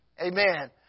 Amen